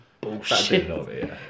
bullshit